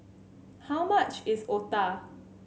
how much is Otah